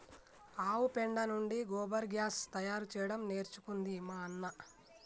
ఆవు పెండ నుండి గోబర్ గ్యాస్ తయారు చేయడం నేర్చుకుంది మా అన్న